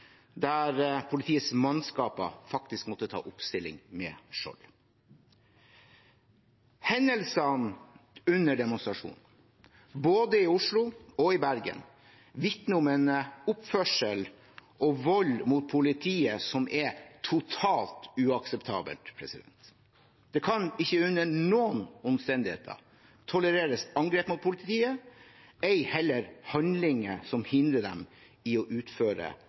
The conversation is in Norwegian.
måtte ta oppstilling med skjold. Hendelsene under demonstrasjonene både i Oslo og i Bergen vitner om en oppførsel og vold mot politiet som er totalt uakseptabel. Det kan ikke under noen omstendigheter tolereres angrep mot politiet, ei heller handlinger som hindrer dem i å utføre